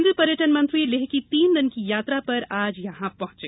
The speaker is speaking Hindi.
केन्द्रीय पर्यटन मंत्री लेह की तीन दिन की यात्रा पर आज वहां पहुंचे